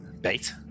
bait